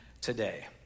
today